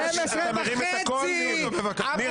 אתה מרים את הקול --- ניר,